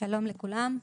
שלום לכולם,